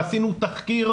ועשינו תחקיר,